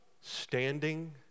standing